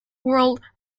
world